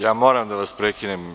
Ja moram da vam prekinem.